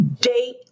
Date